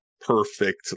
perfect